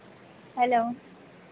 hello